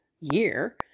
year